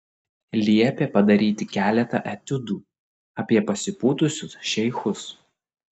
liepė padaryti keletą etiudų apie pasipūtusius šeichus